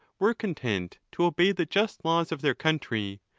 were content to obey the just laws of their country,